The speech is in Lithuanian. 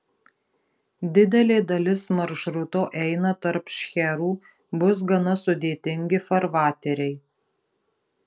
didelė dalis maršruto eina tarp šcherų bus gana sudėtingi farvateriai